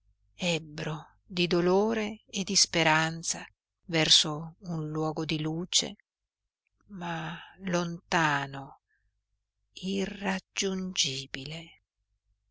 ebbro di dolore e di speranza verso un luogo di luce ma lontano irraggiungibile